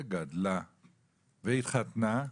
גדלה והתחתנה,